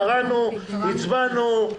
קראנו, הצבענו.